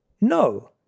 No